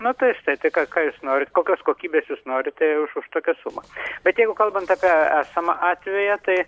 na ta estetika ką jūs norit kokios kokybės jūs norit už tokią sumą bet jeigu kalbant apie esamą atvejį tai